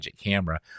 camera